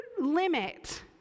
limit